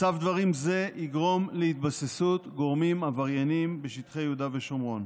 מצב דברים זה יגרום להתבססות גורמים עברייניים בשטחי יהודה ושומרון.